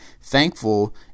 thankful